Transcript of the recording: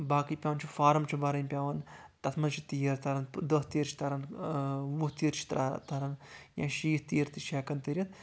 باقے پیوان چھُ فارَم چھِ بَرٕنۍ پیٚوان تَتھ منٛز چھ تیٖر تران دٔہہ تیٖر چھ تران وُہ تیر چھِ تران یا شیٖتھ تیٖر تہِ چھِ ہٮ۪کان تٔرِتھ